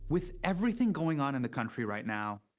with everything going on in the country right now,